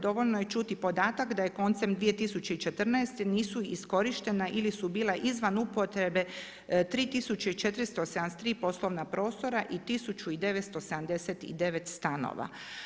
Dovoljno je čuti podatak da je koncem 2014. nisu iskorištena ili su bila izvan upotrebe 3473 poslovna prostora i 1979 stanova.